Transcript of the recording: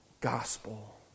gospel